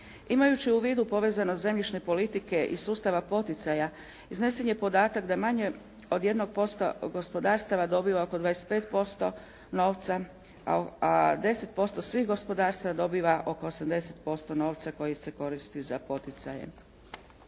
Imajući u vidu povezanost zemljišne politike i sustava poticaja iznesen je podatak da manje od 1% gospodarstava dobiva oko 25% novca a 10% svih gospodarstava dobiva oko 80% novca koji se koristi za poticaje